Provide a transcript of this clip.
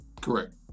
correct